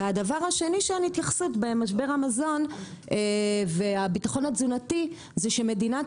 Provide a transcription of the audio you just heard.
והדבר השני שאין התייחסות במשבר המזון והביטחון התזונתי זה שמדינת